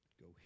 go